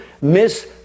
miss